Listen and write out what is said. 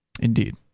Indeed